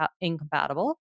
incompatible